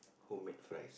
homemade fries